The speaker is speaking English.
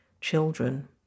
children